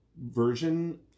version